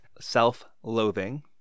self-loathing